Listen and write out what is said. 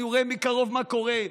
אני רואה מקרוב מה קורה.